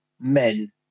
men